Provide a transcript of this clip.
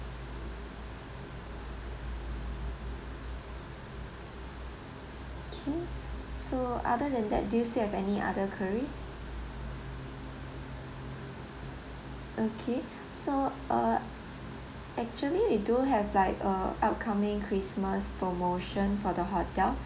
okay so other than that do you still have any other queries okay so uh actually we do have like uh outcoming christmas promotion for the hotel